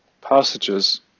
passages